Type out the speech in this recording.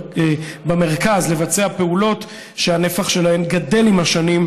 במרכז לבצע פעולות שהנפח שלהן גדל עם השנים,